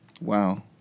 Wow